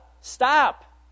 stop